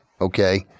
okay